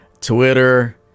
twitter